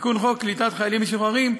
תיקון חוק קליטת חיילים משוחררים,